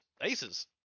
aces